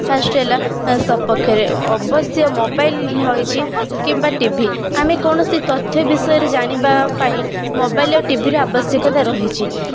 first ହେଲା ସପକ୍ଷରେ ଅବଶ୍ୟ ମୋବାଇଲ ହଇଛି କିମ୍ବା ଟି ଭି ଆମେ କୌଣସି ତଥ୍ୟ ବିଷୟରେ ଜାଣିବା ପାଇଁ ମୋବାଇଲ ଆଉ ଟିଭିର ଆବଶ୍ୟକତା ରହିଛି